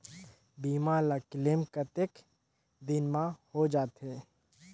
बीमा ला क्लेम कतेक दिन मां हों जाथे?